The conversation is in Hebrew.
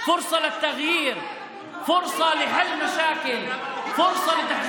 ופתחו את הדלת לחזרתם של